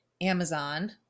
Amazon